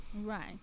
right